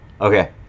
Okay